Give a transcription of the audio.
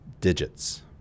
digits